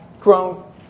grown